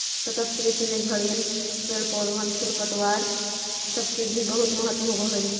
सतत कृषि में झड़िअन, पेड़ पौधबन, खरपतवार सब के भी बहुत महत्व होब हई